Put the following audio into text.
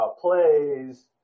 plays